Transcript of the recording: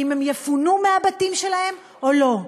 אם הם יפונו מהבתים שלהם או לא.